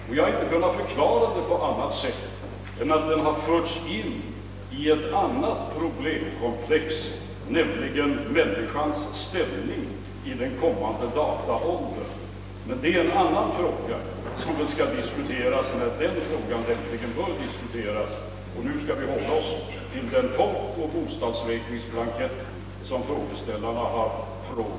Jag har inte kunnat förklara detta på annat sätt än att i diskussionen förts in ett annat problemkomplex, nämligen människans ställning i den kommande dataåldern. Detta är emellertid en fråga, som får diskuteras när den blir aktuell. Nu skall vi hålla oss till den folkoch bostadsräkningsblankett som frågeställarna talar om.